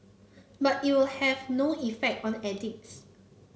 but it will have no effect on the addicts